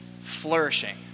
flourishing